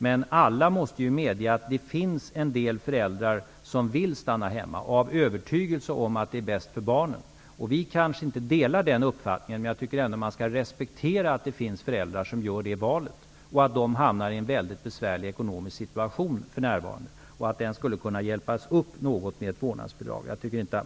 Men alla måste medge att det finns en del föräldrar som vill stanna hemma av övertygelse om att det är bäst för barnen. Vi kanske inte delar den uppfattningen, men jag tycker ändå att man skall respektera att det finns föräldrar som gör det valet. De hamnar för närvarande i en mycket besvärlig ekonomisk situation. Den skulle kunna hjälpas upp något med ett vårdnadsbidrag.